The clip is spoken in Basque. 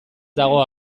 dago